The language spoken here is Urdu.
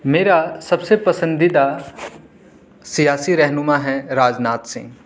میرا سب سے پسندیدہ سیاسی رہنما ہے راج ناتھ سنگھ